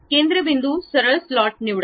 आता केंद्र बिंदू सरळ स्लॉट निवडा